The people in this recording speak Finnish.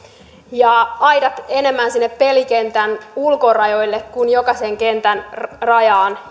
ja aidat enemmän sinne pelikentän ulkorajoille kuin jokaisen kentän rajaan